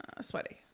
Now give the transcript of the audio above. Sweaty